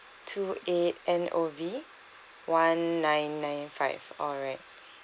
two eight N O V one nine nine five alright